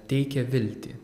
teikia viltį